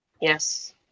Yes